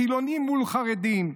חילונים מול חרדים.